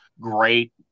great